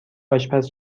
آشپز